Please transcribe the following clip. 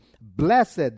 blessed